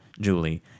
julie